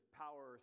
power